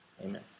Amen